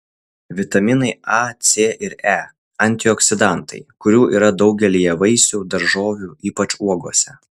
vitaminai a c ir e antioksidantai kurių yra daugelyje vaisių daržovių ypač uogose